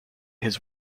his